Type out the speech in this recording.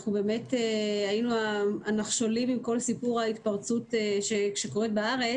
אנחנו באמת היינו הנחשונים בכל סיפור ההתפרצות שישנה בארץ.